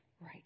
right